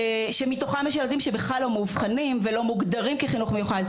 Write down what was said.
שמתוכם יש ילדים שבכלל לא מאובחנים ולא מוגדרים כחינוך מיוחד.